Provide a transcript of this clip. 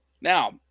Now